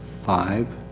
five.